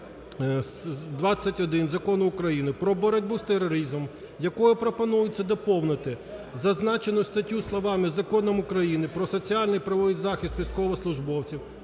21 Закону України "Про боротьбу з тероризмом", якою пропонується доповнити зазначену статтю словами "Законом України "Про соціальний і правовий захист військовослужбовців